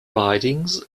ridings